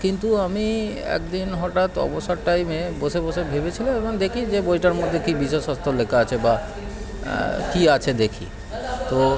কিন্তু আমি এক দিন হঠাৎ অবসর টাইমে বসে বসে ভেবেছিল এবং দেখি যে বইটার মধ্যে কী বিশেষত্ব লেখা আছে বা কী আছে দেখি তো